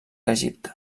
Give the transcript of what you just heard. egipte